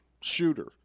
shooter